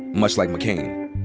much like mccain.